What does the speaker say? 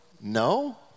No